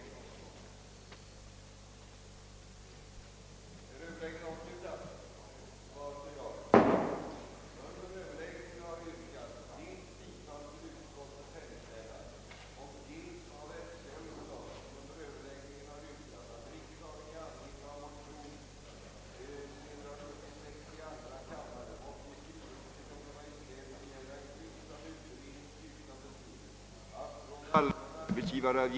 a) att direktiv utfärdades av innebörd att frågan om vidgad avdragsrätt för forskningskostnader och frågan om rätt till skattefri avsättning till forskningsfonder ägnades särskild uppmärksamhet vid den översyn av denna fråga som nu påginge genom särskild utredningsman,